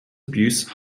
abuse